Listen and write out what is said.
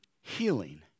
healing